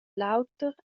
l’auter